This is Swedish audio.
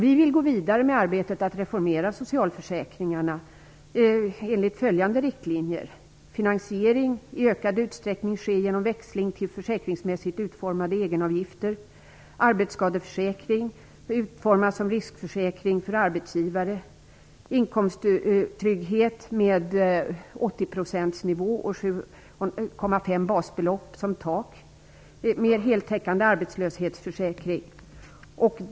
Vi vill gå vidare med arbetet att reformera socialförsäkringarna enligt följande riktlinjer: Finansieringen skall i ökad utsträckning ske genom växling till försäkringsmässigt utformade egenavgifter. Arbetsskadeförsäkringen skall utformas som en riskförsäkring för arbetsgivare. Det skall vara en inkomsttrygghet med 80-procentsnivå och 7,5 basbelopp som tak. Det skall vara en mer heltäckande arbetslöshetsförsäkring.